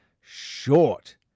short